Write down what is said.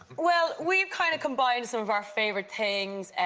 well, we've kind of combined some of our favourite things.